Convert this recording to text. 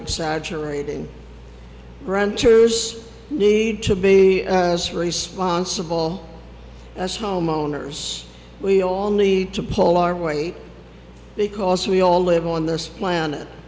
exaggerating ranchers need to be responsible as homeowners we all need to pull our weight because we all live on this planet